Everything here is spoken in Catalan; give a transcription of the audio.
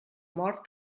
mort